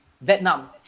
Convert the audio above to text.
Vietnam